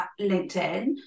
LinkedIn